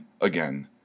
again